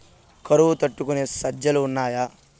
కరువు తట్టుకునే సజ్జలు ఉన్నాయా